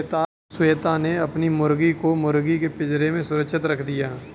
श्वेता ने अपनी मुर्गी को मुर्गी के पिंजरे में सुरक्षित रख दिया